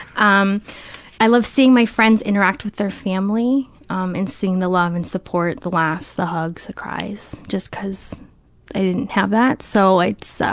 um i love seeing my friends interact with their family um and seeing the love and support, the laughs, the hugs, the cries, just because i didn't have that, so it's,